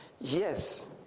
Yes